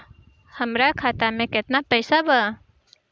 हमरा खाता में केतना पइसा बा?